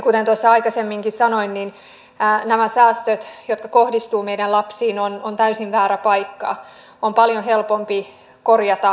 kuten tuossa aikaisemminkin sanoin niin kun nämä säästöt kohdistuvat meidän lapsiimme se on täysin väärä paikka